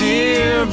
Dear